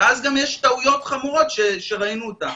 שאז גם יש טעויות חמורות שראינו אותן.